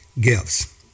gifts